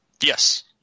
Yes